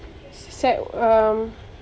sec um